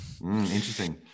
Interesting